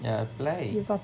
I apply